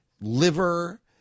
liver